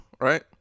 right